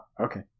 okay